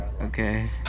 Okay